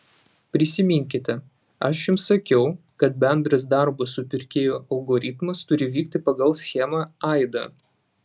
prisiminkite aš jums sakiau kad bendras darbo su pirkėju algoritmas turi vykti pagal schemą aida